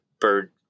bird